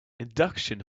induction